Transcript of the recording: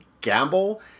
gamble